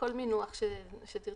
כל מינוח שתרצה.